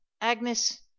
agnes